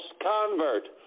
convert